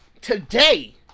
today